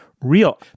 Real